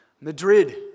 Madrid